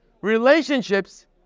Relationships